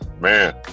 Man